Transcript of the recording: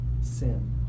sin